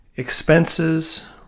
Expenses